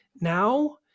now